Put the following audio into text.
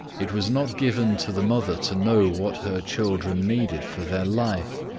it was not given to the mother to know what her children needed for their life.